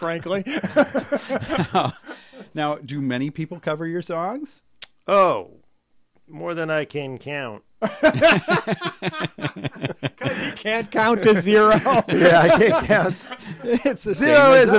frankly now do many people cover your songs oh more than i can count can't count